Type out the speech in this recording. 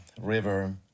River